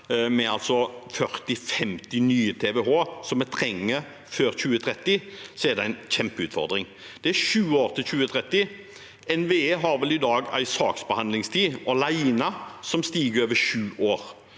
med nye 40– 50 TWh som vi trenger før 2030, er det en kjempeutfordring. Det er sju år til 2030. NVE har vel i dag en saksbehandlingstid alene som overstiger sju år.